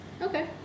Okay